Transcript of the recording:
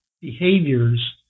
behaviors